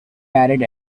married